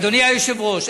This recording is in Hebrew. אדוני היושב-ראש,